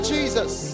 Jesus